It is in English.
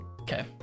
okay